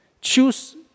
choose